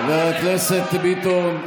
חבר הכנסת ביטון.